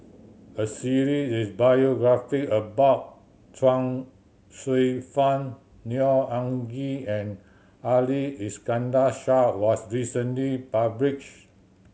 a series biography about Chuang Hsueh Fang Neo Anngee and Ali Iskandar Shah was recently published